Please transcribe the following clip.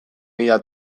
mila